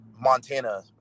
Montana